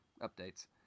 updates